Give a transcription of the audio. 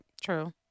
true